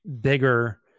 bigger